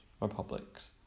republics